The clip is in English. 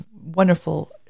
wonderful